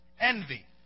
envy